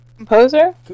Composer